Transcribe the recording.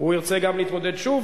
ירצה גם להתמודד שוב.